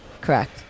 Correct